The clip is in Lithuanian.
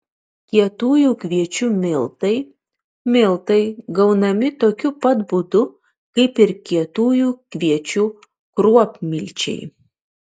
kietųjų kviečių miltai miltai gaunami tokiu pat būdu kaip ir kietųjų kviečių kruopmilčiai